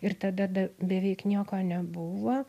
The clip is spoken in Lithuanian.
ir tada be beveik nieko nebuvo